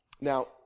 now